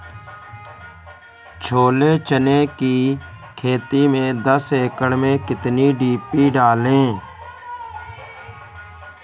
छोले चने की खेती में दस एकड़ में कितनी डी.पी डालें?